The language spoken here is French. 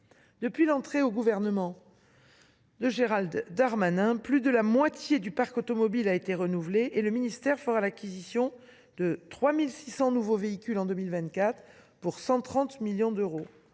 Depuis l’entrée en fonction de Gérald Darmanin, plus de la moitié du parc automobile a été renouvelée et le ministère fera l’acquisition de 3 600 nouveaux véhicules en 2024 pour 130 millions d’euros.